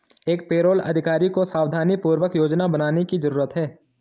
एक पेरोल अधिकारी को सावधानीपूर्वक योजना बनाने की जरूरत है